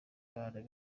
abantu